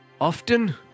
often